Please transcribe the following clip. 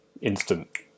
Instant